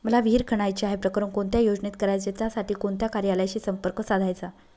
मला विहिर खणायची आहे, प्रकरण कोणत्या योजनेत करायचे त्यासाठी कोणत्या कार्यालयाशी संपर्क साधायचा?